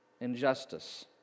injustice